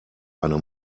eine